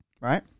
right